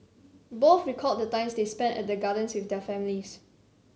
both recalled the times they spent at the gardens with their families